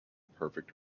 perfect